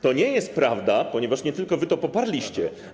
To nie jest prawda, ponieważ nie tylko wy to poparliście.